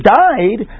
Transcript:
died